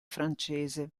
francese